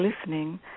listening